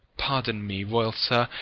pardon me, royal sir.